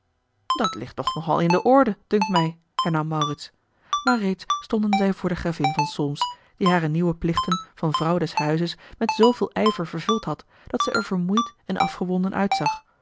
dat ligt toch nogal in de orde dunkt mij hernam maurits maar reeds stonden zij voor de gravin van solms die hare nieuwe plichten van vrouw des huizes met zooveel ijver vervuld had dat zij er vermoeid en afgewonden uitzag